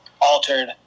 altered